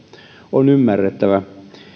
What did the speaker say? on ymmärrettävä